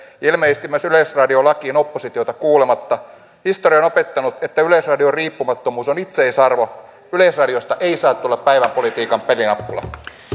ilmeisesti myös yleisradio lakiin oppositiota kuulematta historia on opettanut että yleisradion riippumattomuus on itseisarvo yleisradiosta ei saa tulla päivänpolitiikan pelinappulaa